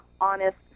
honest